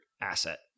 asset